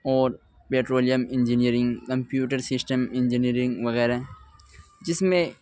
اور petroleum engineering computer system engineering وغیرہ جس میں